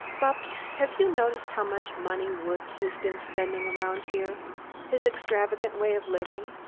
bupps, have you noticed how much money woods has been spending around here his extravagant way of living?